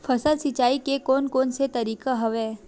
फसल सिंचाई के कोन कोन से तरीका हवय?